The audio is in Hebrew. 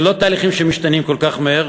זה לא תהליכים שמשתנים כל כך מהר,